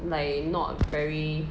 like not very